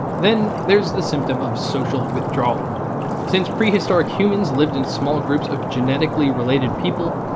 then, there's the symptom of social withdrawal since prehistoric humans lived in small groups of genetically related people,